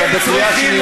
אתה בקריאה שנייה.